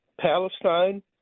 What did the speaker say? Palestine